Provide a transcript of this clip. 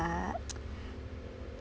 ah